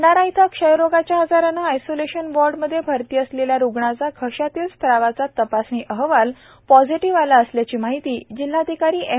भंडारा इथं क्षयरोगाच्या आजाराने आयसोलेशन वार्डात भरती असलेल्या रुग्णाचा घश्यातील स्त्रावाचे तपासणी अहवाल पॉझिटिव्ह आला असल्याची माहिती जिल्हाधिकारी एम